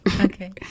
Okay